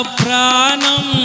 pranam